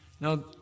Now